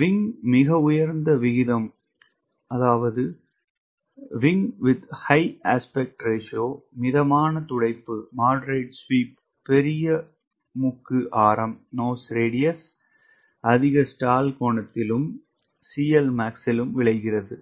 wing மிக உயர்ந்த விகிதம் மிதமான துடைப்பு பெரிய மூக்கு ஆரம் அதிக ஸ்டால் கோணத்திலும் விளைகிறது